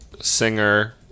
singer